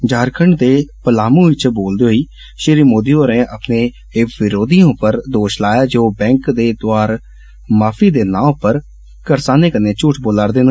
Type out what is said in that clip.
झारखण्ड च पलामू च बोलदे होई श्री मोदी होरें अपने विरोधिएं पर दोश लाया जे ओ बैंकें दे दोआर माफी दे नां पर करसानें कन्नै झूठ बोलैरदे न